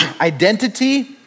identity